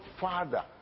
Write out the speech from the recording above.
father